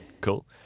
Cool